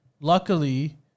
luckily